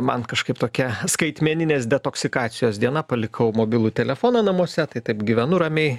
man kažkaip tokia skaitmeninės detoksikacijos diena palikau mobilų telefoną namuose tai taip gyvenu ramiai